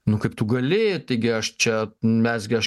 nu kaip tu gali taigi aš čia mes gi aš